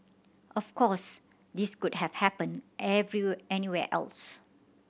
of course this could have happened anywhere else